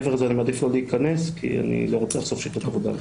מעבר לזה אני מעדיף לא להיכנס כי אני לא לרוצה לחשוף שיטות עבודה.